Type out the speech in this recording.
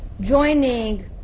joining